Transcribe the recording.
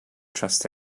trust